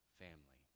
family